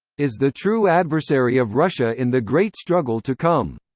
is the true adversary of russia in the great struggle to come.